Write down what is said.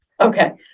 okay